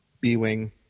B-Wing